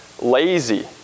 lazy